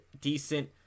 decent